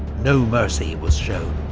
no mercy was shown.